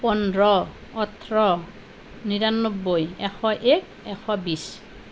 পোন্ধৰ ওঠৰ নিৰান্নব্বৈ এশ এক এশ বিশ